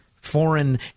Foreign